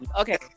Okay